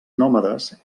nòmades